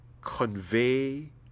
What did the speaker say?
convey